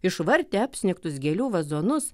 išvartė apsnigtus gėlių vazonus